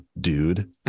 dude